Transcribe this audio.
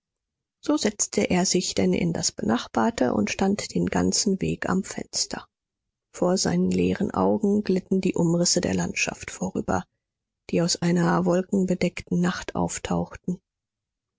so setzte er sich denn in das benachbarte und stand den ganzen weg am fenster vor seinen leeren augen glitten die umrisse der landschaft vorüber die aus einer wolkenbedeckten nacht auftauchten